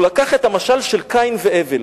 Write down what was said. הוא לקח את המשל של קין והבל.